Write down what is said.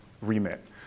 remit